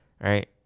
Right